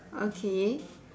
okay